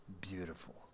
beautiful